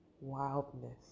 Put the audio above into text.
wildness